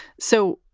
so